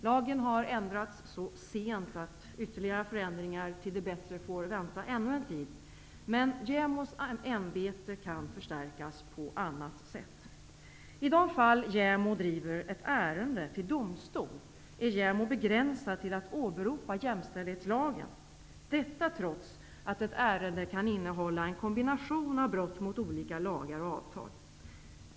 Lagen har ändrats så sent att ytterligare förändringar till det bättre får vänta ännu en tid. Men JämO:s ämbete kan förstärkas på annat sätt. I de fall JämO driver ett ärende till domstol är JämO begränsad till att åberopa jämställdhetslagen. Detta trots att ett ärende kan innehålla en kombination av brott mot olika lagar och avtal.